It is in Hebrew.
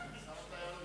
שר התיירות.